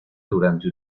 durante